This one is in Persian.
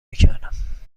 میکردم